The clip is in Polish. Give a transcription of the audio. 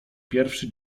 pierwszy